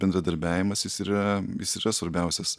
bendradarbiavimas yra jis yra svarbiausias